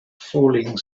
falling